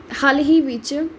ਹਾਲ ਹੀ ਵਿੱਚ